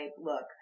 look